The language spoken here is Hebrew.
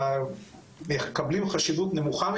אנחנו מפעילים היום שישה בתי חינוך למדעי הרוח,